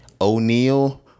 O'Neal